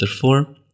four